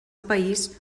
país